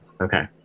Okay